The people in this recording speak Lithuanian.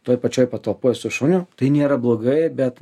toj pačioj patalpoj su šuniu tai nėra blogai bet